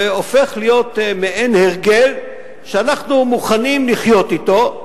והופך להיות מעין הרגל שאנחנו מוכנים לחיות אתו,